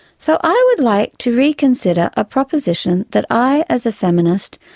so i would like to reconsider a proposition that i, as a feminist,